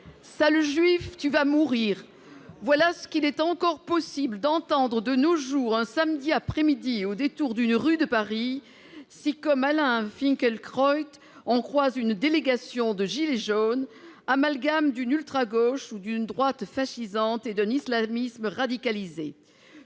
Sale juif, tu vas mourir »: voilà ce qu'il est encore possible d'entendre de nos jours, un samedi après-midi, au détour d'une rue de Paris, si, comme Alain Finkielkraut, on croise une délégation de « gilets jaunes », amalgame d'une ultra-gauche ou d'une droite fascisante et d'un islamisme radicalisé.